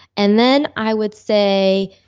and then i would say